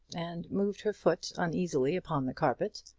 and moved her foot uneasily upon the carpet.